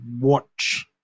watch